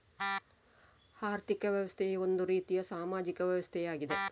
ಆರ್ಥಿಕ ವ್ಯವಸ್ಥೆಯು ಒಂದು ರೀತಿಯ ಸಾಮಾಜಿಕ ವ್ಯವಸ್ಥೆಯಾಗಿದೆ